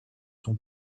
son